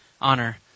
honor